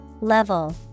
Level